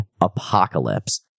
Apocalypse